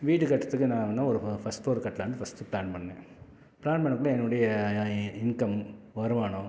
வீடு கட்டுறத்துக்கு நான் என்ன ஒரு ஃபஸ்ட் ஃப்ளோர் கட்டலான்னு ஃபஸ்ட்டு ப்ளான் பண்ணேன் ப்ளான் பண்ணக்குள்ளே என்னுடைய இன்கம் வருமானம்